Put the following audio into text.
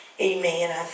Amen